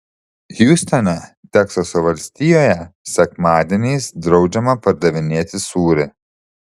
hjustone teksaso valstijoje sekmadieniais draudžiama pardavinėti sūrį